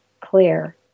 clear